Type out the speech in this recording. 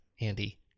Andy